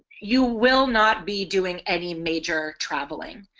you will not be doing any major traveling